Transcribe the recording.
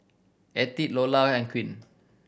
Ettie Lola and Queen